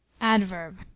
adverb